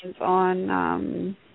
on